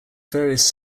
various